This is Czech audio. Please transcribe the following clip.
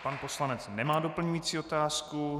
Pan poslanec nemá doplňující otázku.